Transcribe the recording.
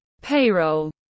Payroll